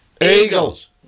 Eagles